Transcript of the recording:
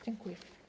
Dziękuję.